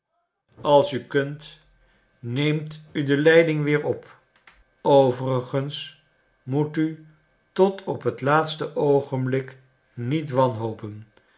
als u kunt neemt u de leiding weer op overigens moet u tot op het laatste oogenblik niet wanhopen